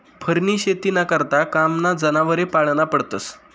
फरनी शेतीना करता कामना जनावरे पाळना पडतस